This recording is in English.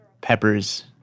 peppers